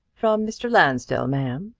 from mr. lansdell, ma'am,